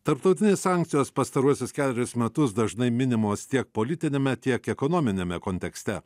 tarptautinės sankcijos pastaruosius kelerius metus dažnai minimos tiek politiniame tiek ekonominiame kontekste